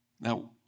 Now